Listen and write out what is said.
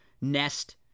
Nest